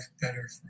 better